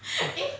诶